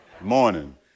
morning